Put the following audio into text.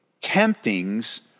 Temptings